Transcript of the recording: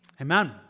Amen